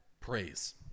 praise